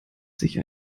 sich